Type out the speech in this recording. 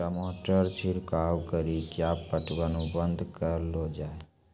टमाटर छिड़काव कड़ी क्या पटवन बंद करऽ लो जाए?